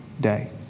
day